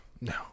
No